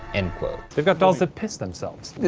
end quote. they've got dolls that piss themselves. the,